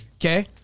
Okay